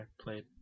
played